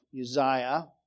Uzziah